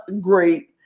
Great